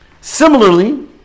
Similarly